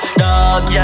dog